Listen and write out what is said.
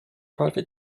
private